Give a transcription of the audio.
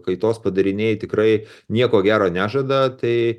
kaitos padariniai tikrai nieko gero nežada tai